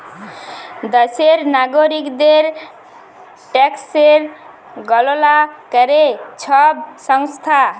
দ্যাশের লাগরিকদের ট্যাকসের গললা ক্যরে ছব সংস্থা